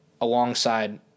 alongside